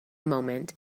moment